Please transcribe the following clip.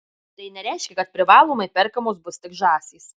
tai nereiškia kad privalomai perkamos bus tik žąsys